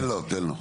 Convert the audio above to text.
תן לו, תן לו.